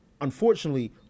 unfortunately